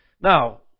Now